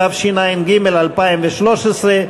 תשע"ג 2013,